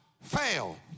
fail